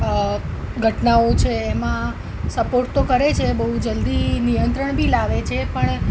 અ જેવી ઘટનાઓ છે એમાં સપોર્ટ તો કરે છે બહુ જલ્દી નિયંત્રણ બી લાવે છે પણ